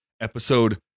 episode